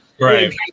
Right